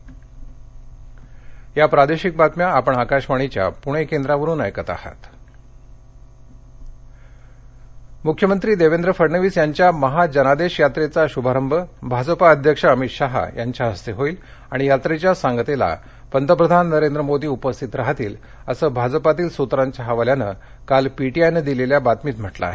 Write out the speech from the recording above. महा जनादेश यात्रा मुख्यमंत्री देवेंद्र फडणवीस यांच्या महा जनादेश यात्रेचा शुभारंभ भाजपा अध्यक्ष अमित शहा यांच्या हस्ते होईल आणि यात्रेच्या सांगतेला पंतप्रधान नरेंद्र मोदी उपस्थित राहतील असं भाजपातील सुत्रांच्या हवाल्यानं काल पीटीआयनं दिलेल्या बातमीत म्हटलं हे